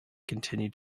continue